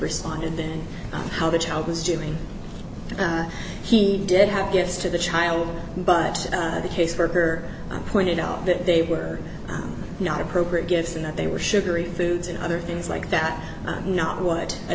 responded then how the child was doing he did have gifts to the child but the caseworker pointed out that they were not appropriate gifts and that they were sugary foods and other things like that not what a